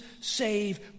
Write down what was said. save